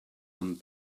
and